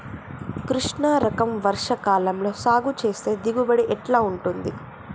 కృష్ణ రకం వర్ష కాలం లో సాగు చేస్తే దిగుబడి ఎట్లా ఉంటది?